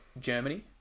Germany